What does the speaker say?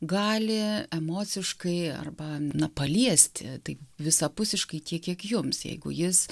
gali emociškai arba na paliesti tai visapusiškai tiek kiek jums jeigu jis